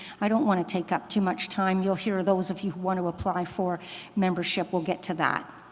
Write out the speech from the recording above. i don't want to take up too much time, you'll hear those if you want to apply for membership, we'll get to that.